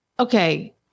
Okay